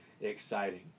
exciting